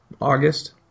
august